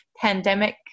pandemic